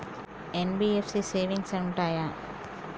NBFC లో savings ఉంటయా?